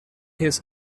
his